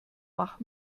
mach